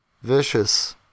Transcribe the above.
Vicious